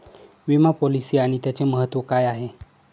विमा पॉलिसी आणि त्याचे महत्व काय आहे?